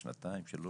בשנתיים-שלוש,